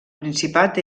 principat